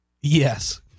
Yes